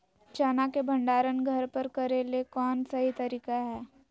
चना के भंडारण घर पर करेले कौन सही तरीका है?